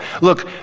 Look